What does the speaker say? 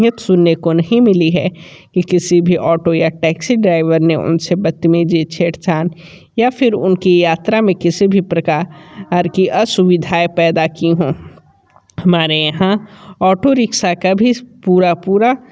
यत सुनने को नहीं मिली है कि किसी भी ऑटो या टैक्सी ड्राइवर ने उन से बदतमीज़ी छेड़ छाड़ या फिर उनकी यात्रा में किसी भी प्रकार की और असुविधाएं पैदा की हो हमारे यहाँ ऑटो रिक्शा का भी पूरा पूरा